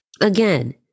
Again